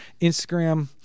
Instagram